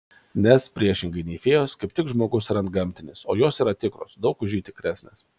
nes priešingai nei fėjos kaip tik žmogus yra antgamtinis o jos yra tikros daug už jį tikresnės